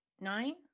Nine